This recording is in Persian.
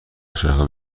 دوچرخه